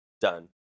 done